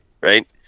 right